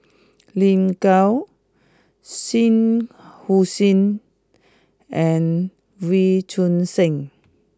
Lin Gao Shah Hussain and Wee Choon Seng